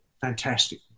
fantastic